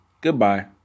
Goodbye